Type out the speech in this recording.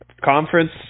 Conference